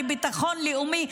לביטחון לאומי,